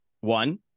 one